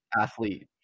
athlete